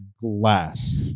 glass